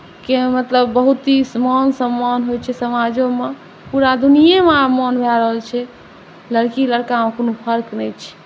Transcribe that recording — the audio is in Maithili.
के मतलब बहुत ही मान सम्मान होइत छै समाजोमे पूरा दुनिआँमे आब मान भए रहल छै लड़की लड़कामे कोनो फर्क नहि छै